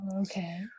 okay